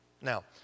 Now